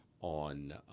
on